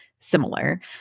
similar